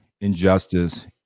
injustice